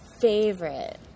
favorite